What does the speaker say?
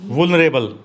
Vulnerable